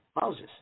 Moses